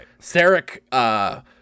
Sarek